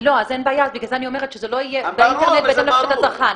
-- בגלל זה אני מבקשת שזה לא יהיה בהתאם לבקשת הצרכן.